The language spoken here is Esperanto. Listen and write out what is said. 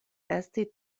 esti